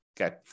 okay